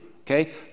okay